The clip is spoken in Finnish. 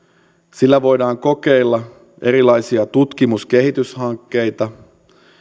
sillä voidaan kokeilla erilaisia tutkimus ja kehityshankkeita